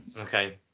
Okay